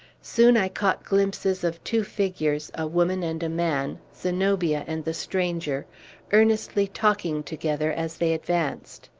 soon i caught glimpses of two figures a woman and a man zenobia and the stranger earnestly talking together as they advanced.